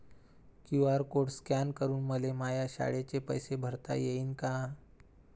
QR code scan करून मले माया शाळेचे पैसे भरता येईन का?